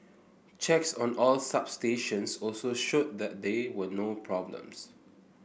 checks on all substations also showed that there were no problems